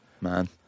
man